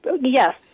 yes